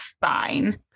fine